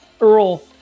Earl